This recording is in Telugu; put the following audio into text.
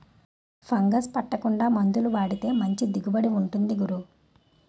ఫంగస్ పట్టకుండా మందులు వాడితే మంచి దిగుబడి ఉంటుంది గురూ